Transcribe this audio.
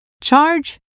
charge